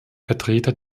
vertreter